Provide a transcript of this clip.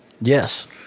Yes